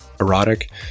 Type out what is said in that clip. erotic